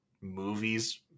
movies